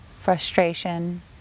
frustration